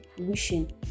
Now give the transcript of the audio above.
wishing